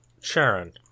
Sharon